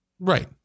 Right